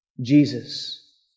Jesus